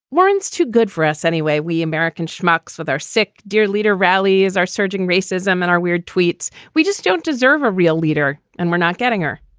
warren's too good for us. anyway, we americans schmucks with our sick dear leader rally is our surging racism and our weird tweets. we just don't deserve a real leader. and we're not getting her.